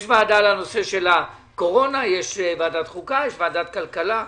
ועדה לנושא הקורונה, ועדת חוקה, ועדת הכלכלה.